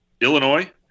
Illinois